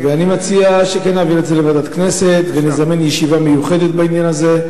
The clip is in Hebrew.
ואני מציע שכן נעביר את זה לוועדת הכנסת ונזמן ישיבה מיוחדת בעניין הזה.